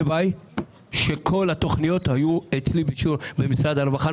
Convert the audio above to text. הנה אני אומר לכם שהלוואי שכל התוכניות היו אצלי במשרד הרווחה.